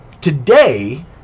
today